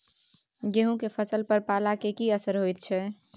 गेहूं के फसल पर पाला के की असर होयत छै?